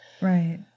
Right